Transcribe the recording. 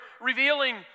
revealing